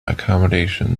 accommodation